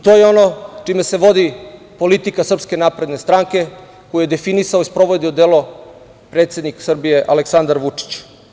To je ono čime se vodi politika SNS koju je definisao i sprovodi u delo predsednik Srbije Aleksandar Vučić.